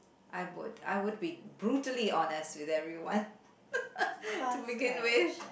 I would I would be brutally honest with everyone to begin with